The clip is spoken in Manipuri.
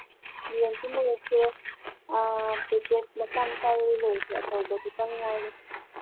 ꯕꯤ ꯑꯦꯝ ꯁꯤ ꯃꯣꯔꯣꯛꯁꯦ ꯄꯦꯀꯦꯠ ꯃꯆꯥ ꯃꯆꯥꯗꯨꯗꯤ ꯂꯣꯏꯈ꯭ꯔꯦ ꯑꯆꯧꯕꯗꯨꯗꯪ ꯉꯥꯏꯔꯦ